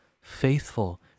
faithful